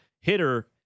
hitter